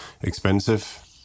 expensive